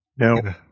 No